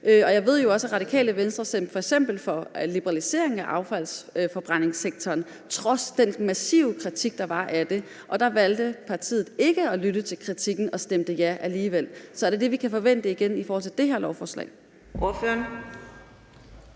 Jeg ved jo også, at Radikale Venstre stemte for f.eks. liberaliseringen af affaldsforbrændingssektoren trods den massive kritik, der var af det, og der valgte partiet ikke at lytte til kritikken og stemte ja alligevel. Så er det det, vi kan forvente igen i forhold til det her lovforslag?